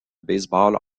baseball